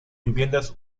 viviendas